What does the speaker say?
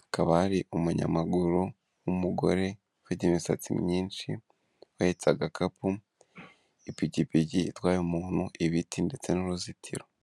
hakaba hari umunyamaguru w'umugore ufite imisatsi myinshi uhetse agakapu, ipikipiki itwaye umuntu, ibiti ndetse n'uruzitiro.